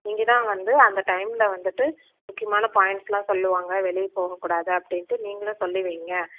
நீங்கள்தான் வந்து அந்த டைமில் வந்துட்டு முக்கியமான பாயிண்ட்ஸெலாம் சொல்லுவாங்க வெளியில் போகக்கூடாது அப்படின்ட்டு நீங்களும் சொல்லி வையுங்க